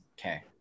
okay